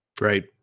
Right